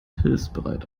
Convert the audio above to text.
hilfsbereit